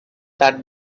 that